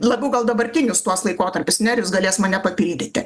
labiau gal dabartinius tuos laikotarpius nerijus galės mane papildyti